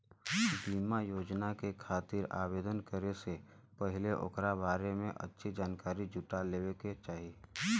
बीमा योजना के खातिर आवेदन करे से पहिले ओकरा बारें में अच्छी जानकारी जुटा लेवे क चाही